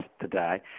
today